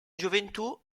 gioventù